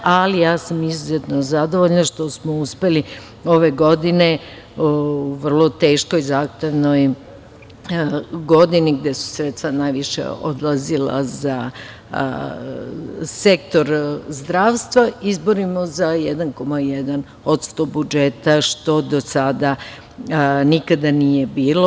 Ali, ja sam izuzetno zadovoljna što smo uspeli ove godine, u vrlo teškoj, zahtevnoj godini, gde su sredstva najviše odlazila za sektor zdravstva, izborimo za 1,1% budžeta, što do sada nikada nije bilo.